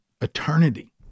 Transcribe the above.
eternity